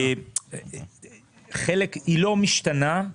היא לא משתנה.